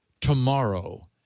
tomorrow